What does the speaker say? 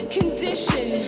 condition